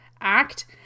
act